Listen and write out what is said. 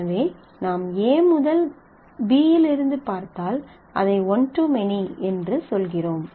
எனவே நாம் A முதல் B இல் இருந்து பார்த்தால் அதை ஒன் டு மெனி என்று சொல்கிறோம்